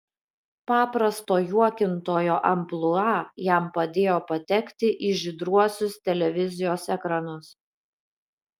paprasto juokintojo amplua jam padėjo patekti į žydruosius televizijos ekranus